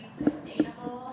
sustainable